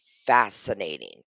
fascinating